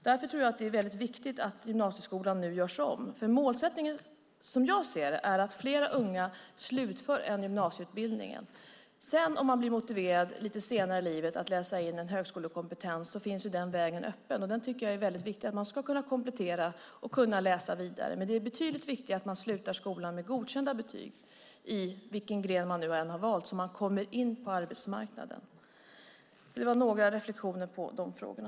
Därför tror jag att det är väldigt viktigt att gymnasieskolan nu görs om, för målsättningen som jag ser det är att fler unga slutför en gymnasieutbildning. Om man sedan blir motiverad att läsa in en högskolekompetens lite senare i livet finns ju den vägen öppen, och det tycker jag är väldigt viktigt. Man ska kunna komplettera och läsa vidare, men det är betydligt viktigare att man slutar skolan med godkända betyg i vilken gren man nu än har valt så att man kommer in på arbetsmarknaden. Det var några reflexioner på frågorna.